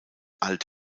alt